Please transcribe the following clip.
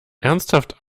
ernsthaft